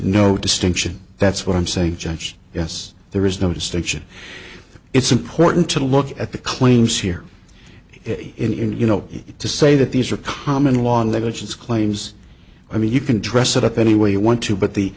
no distinction that's what i'm saying judge yes there is no distinction it's important to look at the claims here in you know to say that these are common law on that which is claims i mean you can dress it up any way you want to but the